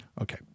Okay